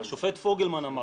השופט פוגלמן אמר: